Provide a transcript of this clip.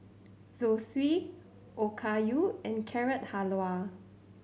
Zosui Okayu and Carrot Halwa